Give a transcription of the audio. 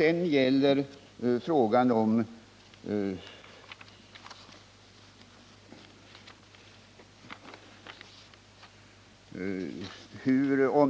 På frågan om